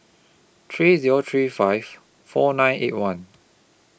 three Zero three five four nine eight one